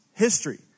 History